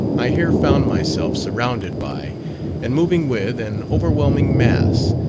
i here found myself surrounded by and moving with an overwhelming mass,